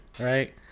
right